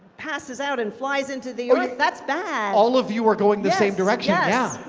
passes out and flies into the earth, that's bad. all of you are going the same direction, yeah.